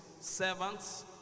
servants